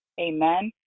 Amen